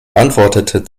antwortete